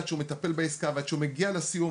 עד שהוא מטפל בעסקה ועד שהוא מגיע לסיום,